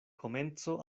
komenco